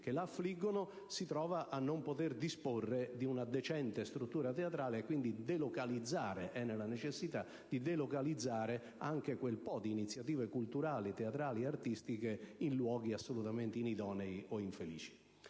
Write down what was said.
che l'affliggono, si trova a non poter disporre di una decente struttura teatrale, ed è quindi nella necessità di delocalizzare anche quel po' di iniziative culturali, teatrali ed artistiche in luoghi assolutamente inidonei o infelici.